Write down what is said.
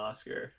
Oscar